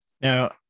Now